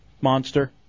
monster